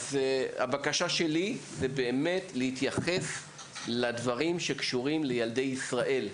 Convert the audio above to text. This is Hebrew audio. אז הבקשה שלי היא באמת להתייחס לדברים שקשורים לילדי ישראל.